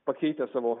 pakeitę savo